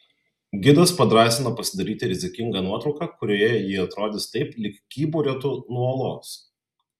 gidas padrąsino pasidaryti rizikingą nuotrauką kurioje ji atrodys taip lyg kyburiuotų nuo uolos